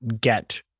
get